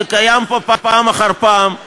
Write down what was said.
זה קיים פה פעם אחר פעם,